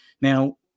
now